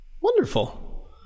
Wonderful